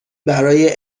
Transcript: برای